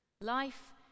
Life